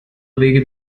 wege